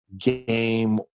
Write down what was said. game